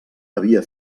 havia